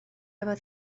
efo